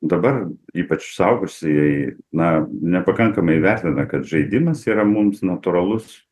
dabar ypač suaugusieji na nepakankamai įvertina kad žaidimas yra mums natūralus